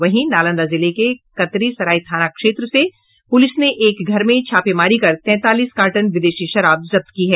वहीं नालंदा जिले के कतरीसराय थाना क्षेत्र से पुलिस ने एक घर में छापेमारी कर तैंतालीस कार्टन विदेशी शराब जब्त की है